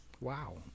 wow